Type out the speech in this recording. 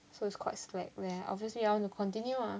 so it's quite slack obviously I want to continue ah